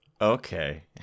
Okay